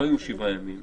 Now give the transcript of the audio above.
לא היו שבעה ימים,